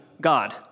God